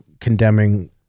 condemning